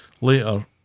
later